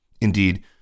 Indeed